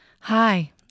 Hi